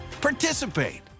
participate